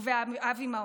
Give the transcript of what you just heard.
ובאבי מעוז.